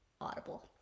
audible